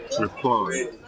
reply